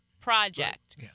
project